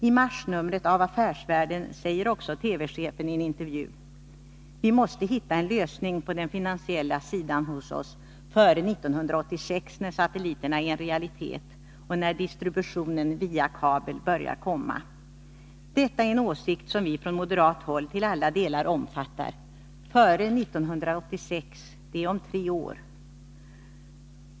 I marsnumret av Affärsvärlden säger också TV-chefen i en intervju att vi måste hitta en lösning på den finansiella sidan hos oss före 1986 när satelliterna är en realitet och när distributionen via kabel börjar komma. Detta är en åsikt som vi från moderat håll till alla delar omfattar. Före 1986 — det är om tre år.